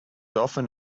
often